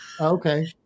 Okay